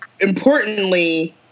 importantly